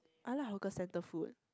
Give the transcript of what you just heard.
I like hawker centre food